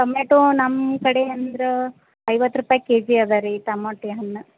tomato ನಮ್ಮ ಕಡೆ ಅಂದ್ರೆ ಐವತ್ತು ರೂಪಾಯಿ ಕೆಜಿ ಅದೆ ರೀ ಟಮೋಟೆ ಹಣ್ಣು